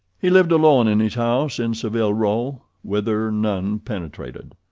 he lived alone in his house in saville row, whither none penetrated.